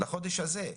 לחודש הזה.